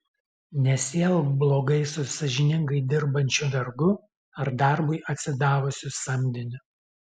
nesielk blogai su sąžiningai dirbančiu vergu ar darbui atsidavusiu samdiniu